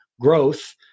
growth